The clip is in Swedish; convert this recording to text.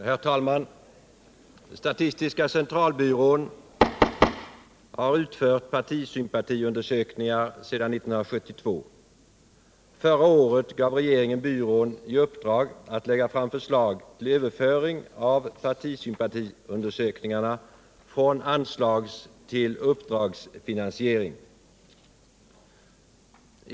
Herr talman! Statistiska centralbyrån har utfört partisympatiundersökningar sedan 1972. Förra året gav regeringen byrån i uppdrag att lägga fram förslag till överföring av partisympatiundersökningarna från anslagstill uppdragsfinansiering.